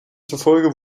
zufolge